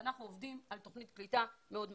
אנחנו עובדים על תוכנית קליטה מאוד משמעותית.